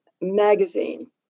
Magazine